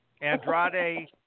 Andrade